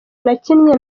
nakinnye